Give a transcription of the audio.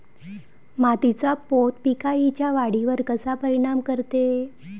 मातीचा पोत पिकाईच्या वाढीवर कसा परिनाम करते?